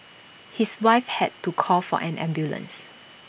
his wife had to call for an ambulance